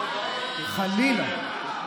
חלילה,